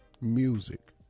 music